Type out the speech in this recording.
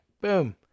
Boom